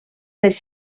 les